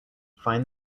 find